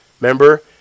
Remember